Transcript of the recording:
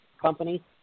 company